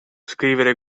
scrivere